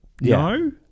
no